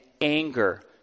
anger